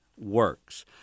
works